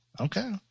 okay